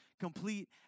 Complete